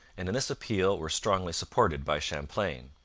and in this appeal were strongly supported by champlain.